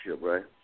right